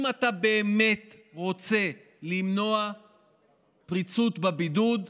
אם אתה באמת רוצה למנוע פרצות בבידוד,